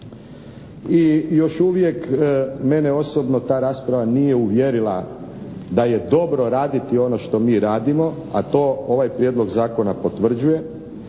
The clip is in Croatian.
i još uvijek mene osobno ta rasprava nije uvjerila da je dobro raditi ono što mi radimo, a to ovaj prijedlog zakona potvrđuje,